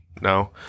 no